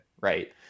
Right